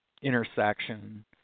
intersection